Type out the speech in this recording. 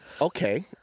okay